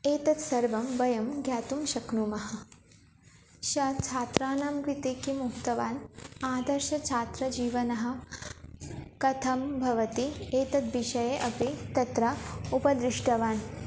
एतत् सर्वं वयं ज्ञातुं शक्नुमः श छात्राणां कृते किम् उक्तवान् आदर्शछात्रजीवनः कथं भवति एतद् विषये अपि तत्र उपदृष्टवान्